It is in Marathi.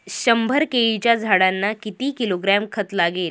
शंभर केळीच्या झाडांना किती किलोग्रॅम खत लागेल?